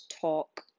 talk